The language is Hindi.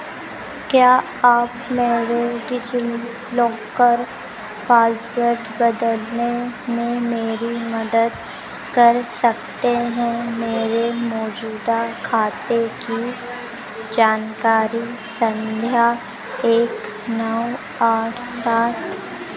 क्या आप मेरा डिजिलॉकर पासवर्ड बदलने में मेरी मदद कर सकते हैं मेरे मौजूदा खाते की जानकारी संख्या एक नौ आठ सात